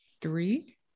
three